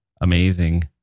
amazing